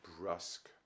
brusque